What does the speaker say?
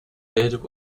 bid